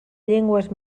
llengües